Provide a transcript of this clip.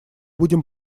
будем